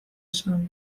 esan